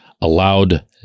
Allowed